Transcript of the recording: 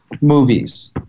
movies